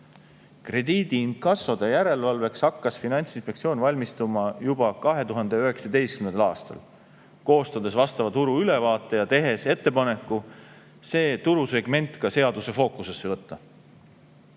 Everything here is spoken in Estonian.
Krediidiinkassode järelevalveks hakkas Finantsinspektsioon valmistuma juba 2019. aastal: koostasime vastava turuülevaate ja tegime ettepaneku see turusegment ka seaduse fookusesse võtta.